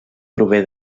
prové